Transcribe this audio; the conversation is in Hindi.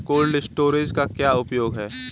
कोल्ड स्टोरेज का क्या उपयोग है?